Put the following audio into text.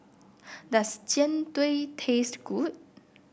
does Jian Dui taste good